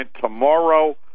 tomorrow